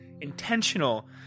intentional